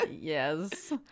yes